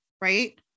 right